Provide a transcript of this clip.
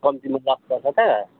कम्तीमा लस पर्छ त